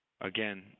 again